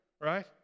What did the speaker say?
Right